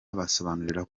abasobanurira